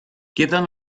queden